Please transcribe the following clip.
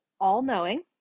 all-knowing